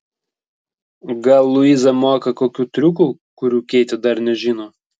gal luiza moka kokių triukų kurių keitė dar nežino